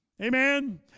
Amen